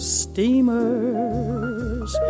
steamers